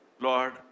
Lord